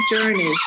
journey